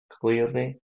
clearly